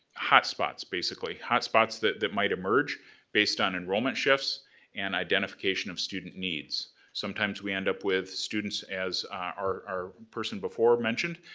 hot spots, basically, hot spots that that might emerge based on enrollment shifts and identification of student needs. sometimes we end up with students, as our person before mentioned,